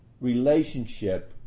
relationship